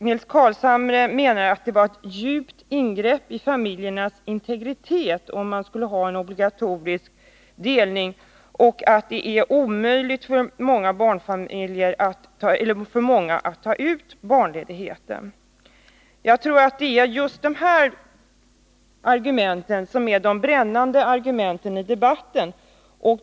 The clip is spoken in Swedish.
Nils Carlshamre menade att det skulle vara ett djupt ingrepp i familjernas integritet, om man skulle ha en obligatorisk delning av barnledigheten och att det för många är omöjligt att ta ut pappaledighet. Jag tror att det är just de argumenten som är de brännande i debatten.